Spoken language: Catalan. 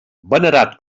venerat